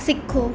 ਸਿੱਖੋ